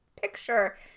picture